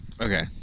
Okay